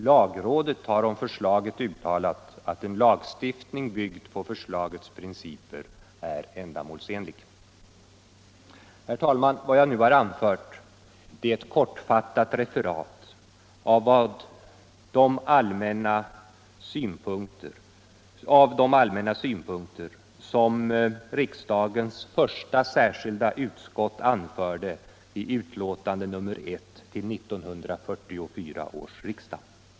Lagrådet har om förslaget uttalat att en lagstiftning byggd på förslagets principer är ändamålsenlig. Herr talman! Vad jag nu har anfört är ett kortfattat referat av de allmänna synpunkter som riksdagens första särskilda utskott anförde i utlåtande nr 1 till 1944 års riksdag.